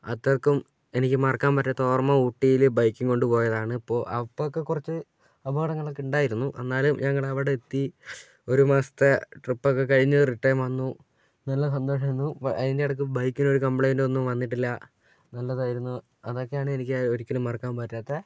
അത്രയ്ക്കും എനിക്ക് മറക്കാൻ പറ്റാത്ത ഓർമ്മ ഊട്ടിയിൽ ബൈക്കും കൊണ്ടുപോയതാണ് ഇപ്പോൾ അപ്പോഴൊക്കെ കുറച്ച് അപകടങ്ങളൊക്കെ ഉണ്ടായിരുന്നു എന്നാലും ഞങ്ങൾ അവിടെ എത്തി ഒരു മാസത്തെ ട്രിപ്പൊക്കെ കഴിഞ്ഞ് റിട്ടേൺ വന്നു നല്ല സന്തോഷമായിരുന്നു അതിൻ്റെ ഇടയ്ക്ക് ബൈക്കിന് ഒരു കംപ്ലയിൻ്റൊന്നും വന്നിട്ടില്ല നല്ലതായിരുന്നു അതൊക്കെയാണ് എനിക്ക് ഒരിക്കലും മറക്കാൻ പറ്റാത്ത